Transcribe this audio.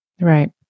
Right